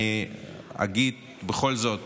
אני אגיד בכל זאת